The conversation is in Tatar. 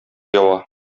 ява